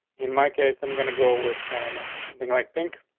in my case, i'm going to go with i don't know, something like pink